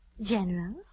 General